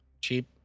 Cheap